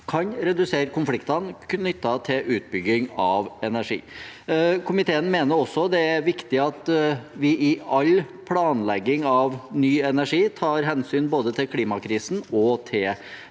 kan redusere konfliktene knyttet til utbygging av energi. Komiteen mener det er viktig at vi i all planlegging av ny energi tar hensyn til både klimakrisen og naturkrisen,